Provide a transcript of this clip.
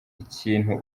ikintu